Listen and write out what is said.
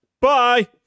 Bye